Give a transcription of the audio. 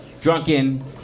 drunken